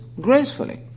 gracefully